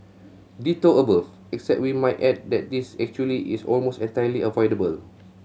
ditto above except we might add that this actually is almost entirely avoidable